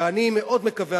ואני מאוד מקווה,